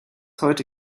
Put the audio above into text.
heute